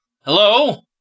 Hello